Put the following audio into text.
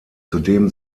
zudem